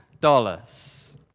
dollars